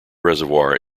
reservoir